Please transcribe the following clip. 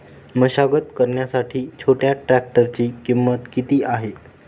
मशागत करण्यासाठी छोट्या ट्रॅक्टरची किंमत किती आहे?